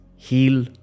Heal